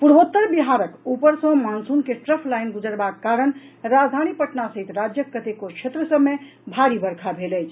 पूर्वोत्तर बिहारक ऊपर सँ मॉनसून के ट्रफ लाईन गुजरबाक कारण राजधानी पटना सहित राज्यक कतेको क्षेत्र सभ मे भारी वर्षा भेल अछि